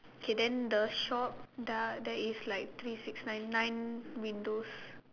okay then the shop there there is like three six nine nine windows